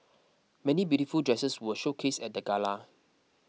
many beautiful dresses were showcased at the gala